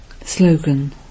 Slogan